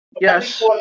Yes